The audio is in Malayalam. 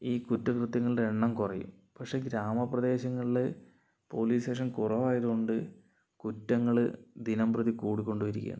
ഈ കുറ്റകൃത്യങ്ങളുടെ എണ്ണം കുറയും പക്ഷെ ഗ്രാമ പ്രദേശങ്ങളില് പോലീസ് സ്റ്റേഷൻ കുറവായതുകൊണ്ട് കുറ്റങ്ങള് ദിനംപ്രതി കൂടിക്കൊണ്ടും ഇരിയ്ക്കാണ്